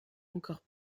encore